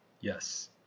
Yes